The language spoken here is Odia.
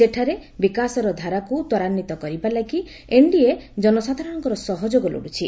ସେଠାରେ ବିକାଶର ଧାରାକୁ ତ୍ୱରାନ୍ୱିତ କରିବା ଲାଗି ଏନ୍ଡିଏ ଜନସାଧାରଣଙ୍କର ସହଯୋଗ ଲୋଡୁଛି